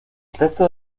texto